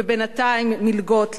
ובינתיים מלגות לימודים,